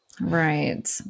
Right